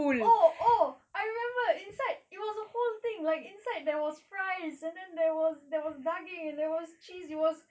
oh oh I remembered inside it was a whole thing like inside there was fries and then there was there was daging and there was cheese it was